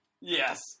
Yes